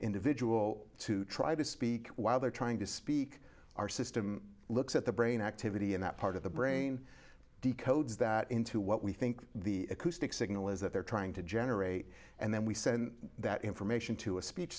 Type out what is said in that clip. individual to try to speak while they're trying to speak our system looks at the brain activity in that part of the brain decodes that into what we think the acoustic signal is that they're trying to generate and then we send that information to a speech